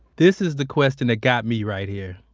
this is the question that got me right here.